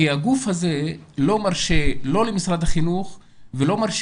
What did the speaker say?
כי הגוף הזה לא מרשה לא למשרד החינוך ולא מרשה